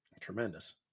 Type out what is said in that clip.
Tremendous